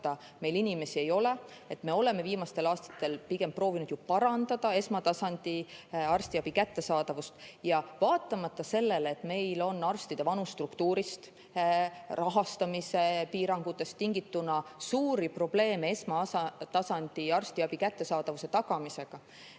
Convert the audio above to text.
meil inimesi ei ole, me oleme viimastel aastatel pigem proovinud ju parandada esmatasandi arstiabi kättesaadavust. Ja vaatamata sellele, et meil on arstide vanusstruktuurist ja rahastamise piirangutest tingituna suuri probleeme esmatasandi arstiabi kättesaadavuse tagamisega,